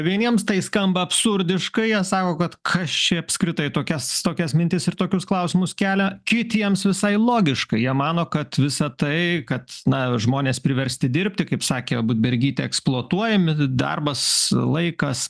vieniems tai skamba absurdiškai jie sauko kad kas čia apskritai tokias tokias mintis ir tokius klausimus kelia kitiems visai logiška jie mano kad visa tai kad na žmonės priversti dirbti kaip sakė budbergytė eksploatuojami darbas laikas